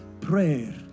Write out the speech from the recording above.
Prayer